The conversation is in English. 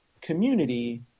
community